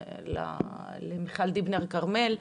למיכל דיבנר כרמל,